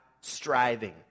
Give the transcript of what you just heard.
striving